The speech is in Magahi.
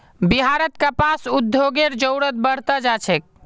बिहारत कपास उद्योगेर जरूरत बढ़ त जा छेक